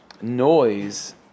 noise